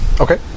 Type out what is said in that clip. Okay